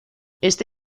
esta